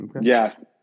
Yes